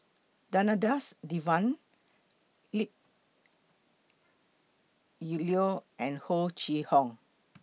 Danadas Devan leap Yip Leo and Ho Chee Hong